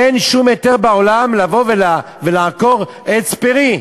אין שום היתר בעולם לבוא ולעקור עץ פרי.